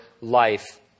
life